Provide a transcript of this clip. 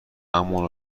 اما